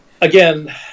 again